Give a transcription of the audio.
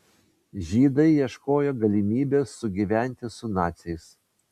žydai ieškojo galimybės sugyventi su naciais